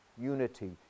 unity